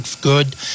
good